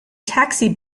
taxi